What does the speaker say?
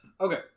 okay